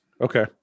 Okay